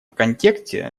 контексте